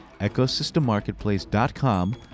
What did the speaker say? EcosystemMarketplace.com